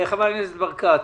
חבר הכנסת ברקת.